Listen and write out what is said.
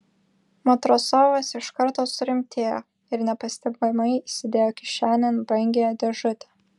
matrosovas iš karto surimtėjo ir nepastebimai įsidėjo kišenėn brangiąją dėžutę